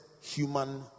human